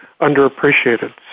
underappreciated